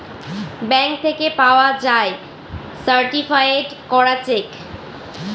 bank থেকে পাওয়া যায় সার্টিফায়েড করা চেক